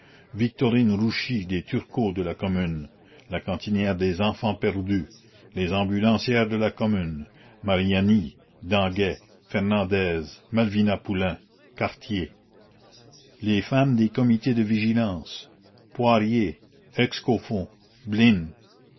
victorine rouchy des turcos de la commune la cantinière des enfants perdus les ambulancières de la la commune commune mariani danguet fernandez malvina poulain cartier les femmes des comités de vigilance poirier excoffons